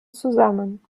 zusammen